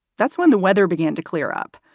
that's when the weather began to clear up.